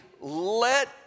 let